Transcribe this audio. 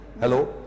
Hello